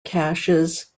caches